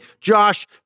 Josh